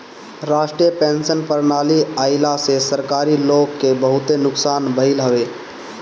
राष्ट्रीय पेंशन प्रणाली आईला से सरकारी लोग के बहुते नुकसान भईल हवे